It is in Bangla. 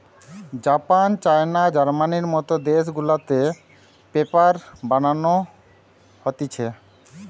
জাপান, চায়না, জার্মানির মত দেশ গুলাতে পেপার বানানো হতিছে